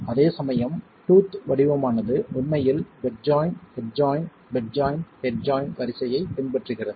அதேசமயம் டூத்ட் வடிவமானது உண்மையில் bed joint head joint bed joint head joint வரிசையை பின்பற்றுகிறது